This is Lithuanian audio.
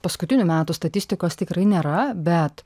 paskutinių metų statistikos tikrai nėra bet